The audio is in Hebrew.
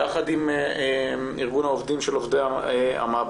יחד עם ארגון העובדים של עובדי המעבדות,